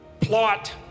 plot